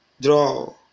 draw